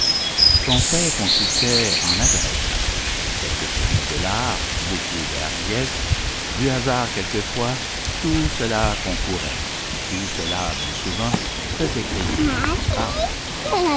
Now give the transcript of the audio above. son fait consistait en adresse quelques termes de l'art beaucoup de hardiesse du hasard quelquefois tout cela concourait tout cela bien souvent faisait crier miracle